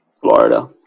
Florida